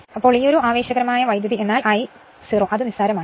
അതിനാൽ ആവേശകരമായ വൈദ്യുതി എന്നാൽ I0 അത് നിസാരമാണ്